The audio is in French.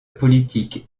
politique